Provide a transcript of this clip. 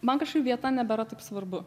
man kažkaip vieta nebėra taip svarbu